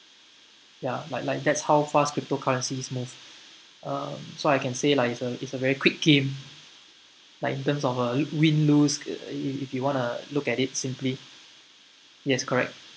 ya like like that's how fast cryptocurrencies move uh so I can say lah is a very quick game like in terms of uh win lose it if you want to look at it simply yes correct